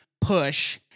push